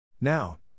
Now